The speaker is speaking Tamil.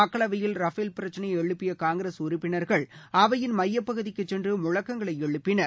மக்களவையில் ரஃபேல் பிரச்சினையை எழுப்பிய காங்கிரஸ் உறுப்பினா்கள் அவையின் மையப்பகுதிக்குச் சென்று முழக்கங்களை எழுப்பினர்